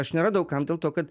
aš neradau kam dėl to kad